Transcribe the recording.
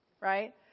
right